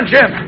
Jim